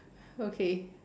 okay